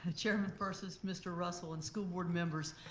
ah chairman purses, mr. russell and school board members.